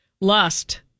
Lust